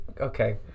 okay